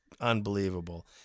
unbelievable